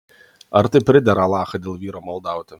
ar tai pridera alachą dėl vyro maldauti